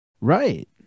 Right